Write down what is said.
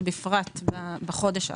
ובפרט בחודש האחרון.